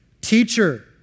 Teacher